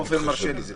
עופר מרשה את זה.